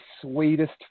sweetest